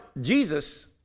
Jesus